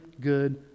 good